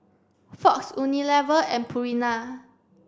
Fox Unilever and Purina